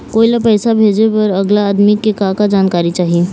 कोई ला पैसा भेजे बर अगला आदमी के का का जानकारी चाही?